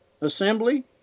assembly